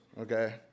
okay